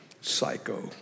psycho